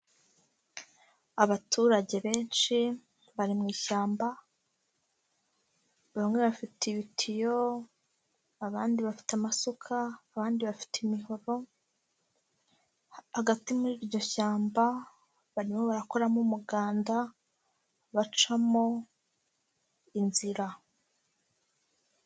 Abaturage benshi bari mu ishyamba, bamwe bafite ibitiyo, abandi bafite amasuka, abandi bafite imihoro, hagati muri iryo shyamba, barimo barakoramo umuganda bacamo inzira.